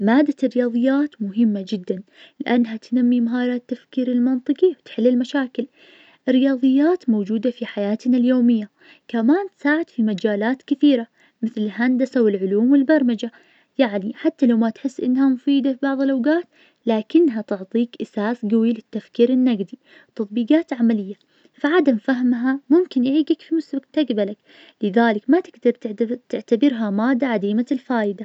مادة الرياضيات مهمة جداً, لأنها تنمي مهارة التفكير المنطجي, وبتحل المشاكل, الرياضيات موجودة في حياتنا اليومية, كمان تساعد في مجالات كثيرة, مثل الهندسة, والعلوم, والبرمجة, يعني حتى لو ما تحس إنها مفيدة في بعض الأوقات لكنها تعطيك إحساس قوي للتفكير النقدي, تطبيقات عملية, فعدم فهمها ممكن يعيقك في مستج-تقبلك, لذلك ما تقدر تعتذ- تعتبرها مادة عديمة الفائدة.